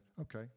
okay